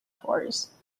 tours